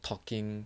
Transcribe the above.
talking